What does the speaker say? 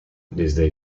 desde